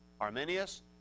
Arminius